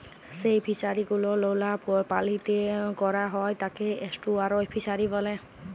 যেই ফিশারি গুলো লোলা পালিতে ক্যরা হ্যয় তাকে এস্টুয়ারই ফিসারী ব্যলে